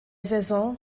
saison